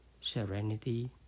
serenity